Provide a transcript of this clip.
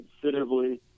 considerably